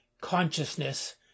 Consciousness